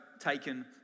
taken